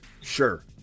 Sure